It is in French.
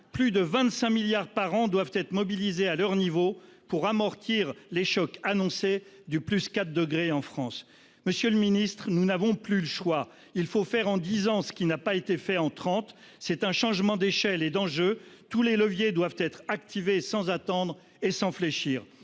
Plus de 25 milliards d'euros par an doivent être mobilisés à leur niveau pour amortir les chocs annoncés liés à l'augmentation des températures de 4°C en France. Monsieur le ministre, nous n'avons plus le choix. Il faut faire en dix ans ce qui ne l'a pas été en trente. C'est un changement d'échelle et d'enjeu. Tous les leviers doivent être activés sans attendre et sans fléchir.